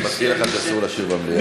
אני מזכיר לך שאסור לשיר במליאה.